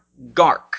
Gark